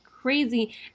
crazy